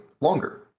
longer